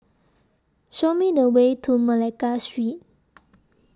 Show Me The Way to Malacca Street